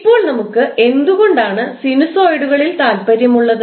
ഇപ്പോൾ നമുക്ക് എന്തുകൊണ്ടാണ് സിനുസോയിഡുകളിൽ താൽപ്പര്യമുള്ളത്